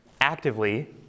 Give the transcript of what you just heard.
actively